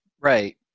Right